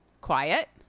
Quiet